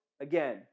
again